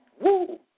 woo